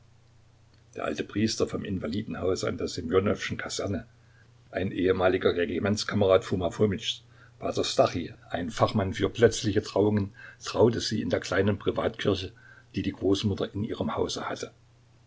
der alte priester vom invalidenhause an der ssemjonowschen kaserne ein ehemaliger regimentskamerad foma fomitschs p stachij ein fachmann für plötzliche trauungen traute sie in der kleinen privatkirche die die großmutter in ihrem hause hatte